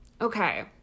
Okay